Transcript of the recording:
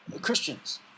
Christians